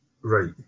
right